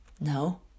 No